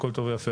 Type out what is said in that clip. הכול טוב ויפה,